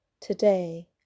today